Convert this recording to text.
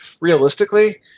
realistically